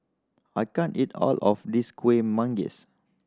I can't eat all of this Kueh Manggis